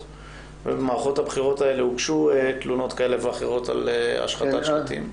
ובמערכות הבחירות האלה הוגשו תלונות כאלה ואחרות על השחתת שלטים.